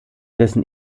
dessen